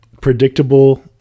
Predictable